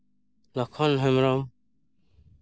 Lakshman Hembrom